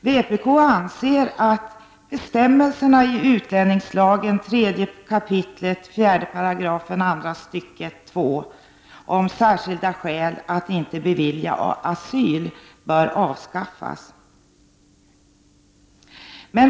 Vpk anser att bestämmelserna i 3 kap. 4§ andra stycket 2 utlänningslagen om särskilda skäl att inte bevilja asyl bör avskaffas.